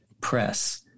press